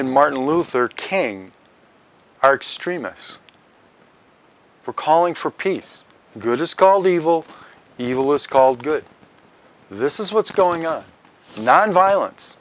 and martin luther king are extremists for calling for peace good to scull evil evil is called good this is what's going on nonviolence